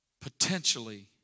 potentially